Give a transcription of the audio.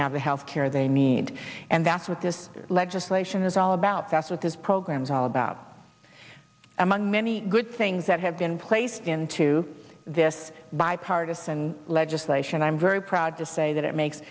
the health care they need and that's what this legislation is all about that's what this program is all about among many good things that have been placed into this bipartisan legislation i'm very proud to say that it makes